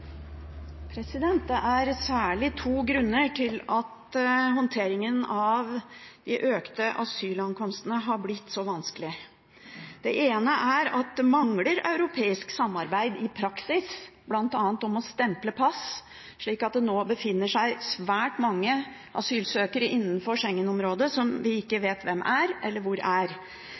særlig to grunner til at håndteringen av de økte asylankomstene har blitt så vanskelig. Den ene er at det mangler europeisk samarbeid i praksis, bl.a. om å stemple pass, slik at det nå befinner seg svært mange asylsøkere innenfor Schengen-området som vi ikke vet hvem er,